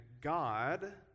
God